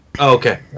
Okay